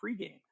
pregame